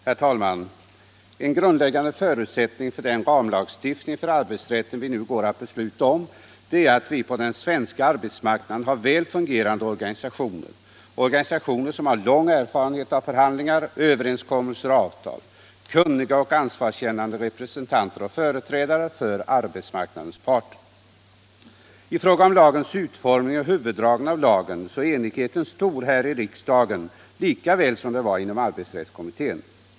Herr talman! En grundläggande förutsättning för den ramlagstiftning för arbetsrätten som riksdagen nu går att besluta om är att vi på den svenska arbetsmarknaden har väl fungerande organisationer — organisationer som har lång erfarenhet av förhandlingar, överenskommelser och avtal, kunniga och ansvarskännande representanter och företrädare för arbetsmarknadens parter. I fråga om lagens utformning och huvuddragen av lagen är enigheten stor här i riksdagen lika väl som den var det inom arbetsrättskommiuén.